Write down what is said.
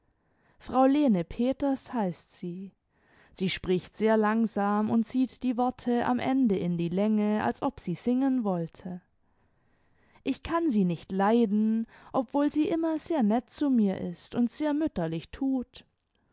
frau lene peters heißt sie sie spricht sehr langsam und zieht die worte am ende in die länge als ob sie singen wollte ich kann sie nicht leiden obwohl sie immer sehr nett zu mir ist und sehr mütterlich tut